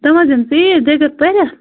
تِم حظ یِنۍ ژیٖرۍ دِگر پٔرِتھ